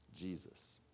Jesus